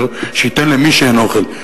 שייתן למי שאין לו אוכל.